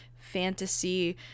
fantasy